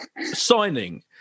signing